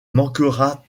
manquera